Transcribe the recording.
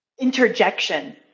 interjection